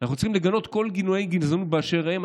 צריכים לגנות כל גילויי גזענות באשר הם.